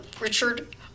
Richard